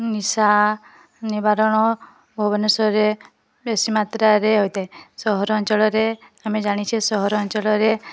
ନିଶା ନିବାରଣ ଭୁବନେଶ୍ୱରରେ ବେଶୀ ମାତ୍ରାରେ ହୋଇଥାଏ ସହରାଞ୍ଚଳରେ ଆମେ ଜାଣିଛେ ସହରାଞ୍ଚଳରେ